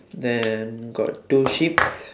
then got two sheeps